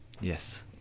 Yes